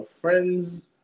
friends